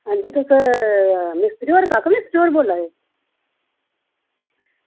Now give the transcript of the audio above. हां जी तुस मिस्तरी होर काका मिस्तरी होर बोला दे ओ